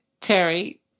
Terry